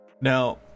Now